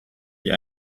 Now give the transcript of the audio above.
die